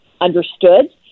understood